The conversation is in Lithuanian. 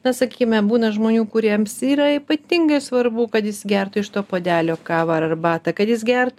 na sakykime būna žmonių kuriems yra ypatingai svarbu kad jis gertų iš to puodelio kavą ar arbatą kad jis gert